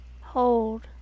hold